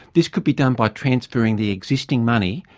this could be done by transferring the existing money,